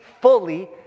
fully